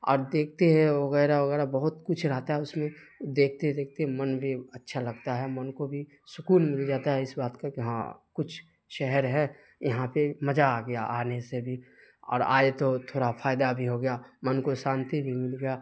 اور دیکھتے ہیں وغیرہ وغیرہ بہت کچھ رہتا ہے اس میں دیکھتے دیکھتے من بھی اچھا لگتا ہے من کو بھی سکون مل جاتا ہے اس بات کا کہ ہاں کچھ شہر ہے یہاں پہ مزہ آ گیا آنے سے بھی اور آئے تو تھوڑا فائدہ بھی ہو گیا من کو شانتی بھی مل گیا